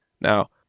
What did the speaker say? now